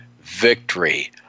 victory